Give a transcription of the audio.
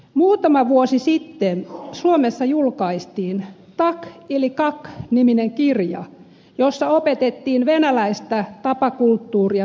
muutama vuosi sitten suomessa julkaistiin tak ili kak niminen kirja jossa opetettiin venäläistä tapakulttuuria suomalaisille